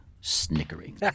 snickering